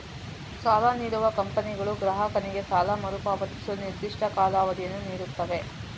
ಸಾಲ ನೀಡುವ ಕಂಪನಿಗಳು ಗ್ರಾಹಕನಿಗೆ ಸಾಲ ಮರುಪಾವತಿಸಲು ನಿರ್ದಿಷ್ಟ ಕಾಲಾವಧಿಯನ್ನು ನೀಡುತ್ತವೆ